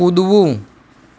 કૂદવું